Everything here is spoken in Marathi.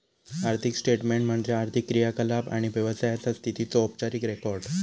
आर्थिक स्टेटमेन्ट म्हणजे आर्थिक क्रियाकलाप आणि व्यवसायाचा स्थितीचो औपचारिक रेकॉर्ड